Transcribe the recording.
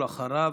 ואחריו,